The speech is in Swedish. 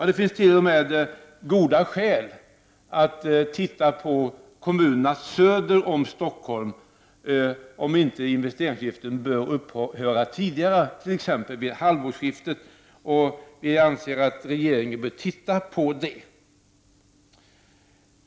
Det finns t.o.m. goda skäl för att investeringsavgiften bör upphöra tidigare, t.ex. vid halvårsskiftet i kommunerna söder om Stockholm, och vi anser att regeringen bör titta på det.